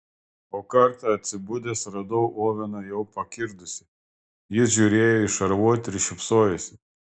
o kartą atsibudęs radau oveną jau pakirdusį jis žiūrėjo į šarvuotį ir šypsojosi